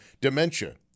dementia